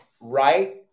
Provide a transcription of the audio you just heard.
right